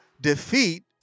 defeat